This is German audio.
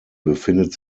befindet